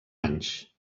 anys